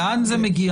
לאן זה מגיע